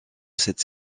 cette